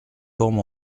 forme